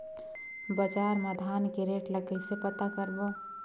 बजार मा धान के रेट ला कइसे पता करबो?